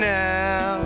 now